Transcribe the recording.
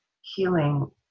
healing